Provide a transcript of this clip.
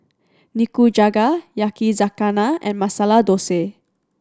Nikujaga Yakizakana and Masala Dosa